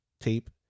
tape